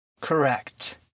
Correct